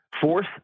Fourth